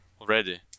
Already